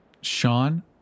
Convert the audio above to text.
Sean